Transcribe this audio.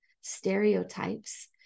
stereotypes